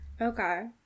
Okay